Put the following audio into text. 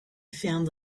found